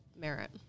merit